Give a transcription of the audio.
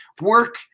work